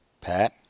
Pat